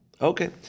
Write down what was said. okay